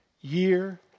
Year